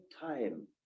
time